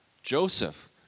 Joseph